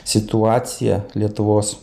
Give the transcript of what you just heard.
situacija lietuvos